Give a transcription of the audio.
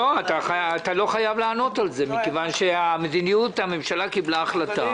אתה לא חייב לענות על זה מכיוון שהממשלה קיבלה החלטה,